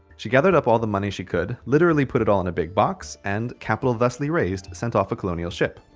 she gathered up all the money she could, literally put it all in a big box and, capital thusly raised, sent off a colonial ship.